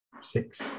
six